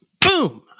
boom